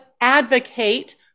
advocate